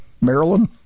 Maryland